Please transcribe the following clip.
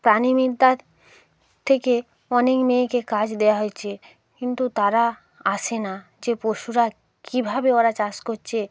প্রাণিবিদ্যার থেকে অনেক মেয়েকে কাজ দেওয়া হয়েছে কিন্তু তারা আসে না যে পশুরা কিভাবে ওরা চাষ করছে